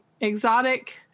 exotic